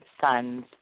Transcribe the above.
son's